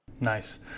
Nice